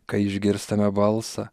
kai išgirstame balsą